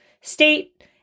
state